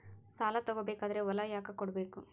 ಸಾಲ ತಗೋ ಬೇಕಾದ್ರೆ ಹೊಲ ಯಾಕ ಕೊಡಬೇಕು?